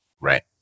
Right